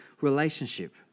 relationship